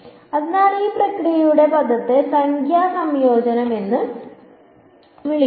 അതിനാൽ ഈ പ്രക്രിയയുടെ പദത്തെ സംഖ്യാ സംയോജനം എന്ന് വിളിക്കുന്നു